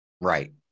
Right